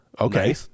okay